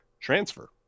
transfer